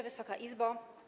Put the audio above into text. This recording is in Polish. Wysoka Izbo!